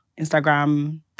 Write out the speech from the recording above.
Instagram